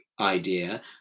idea